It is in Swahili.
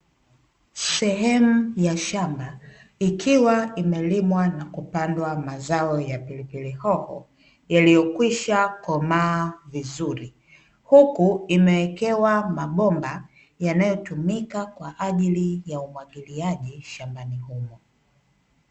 Sehem ya shamba ikiwa imelimwa na kupandwa mazao ya pilipili ho yaliyokwisha komaa vizuri. Huku imewekewa mabomba yanayotumika kwaajili ya umwagiliaji shambani humo.